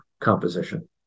composition